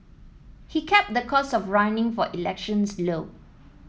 he kept the cost of running for elections low